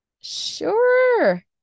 Sure